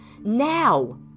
Now